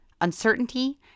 uncertainty